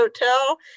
Hotel